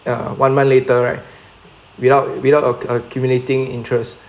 ya one month later right without without accumulating interest